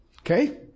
Okay